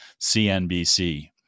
CNBC